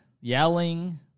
yelling